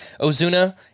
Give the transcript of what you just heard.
Ozuna